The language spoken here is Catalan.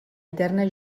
eterna